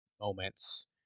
moments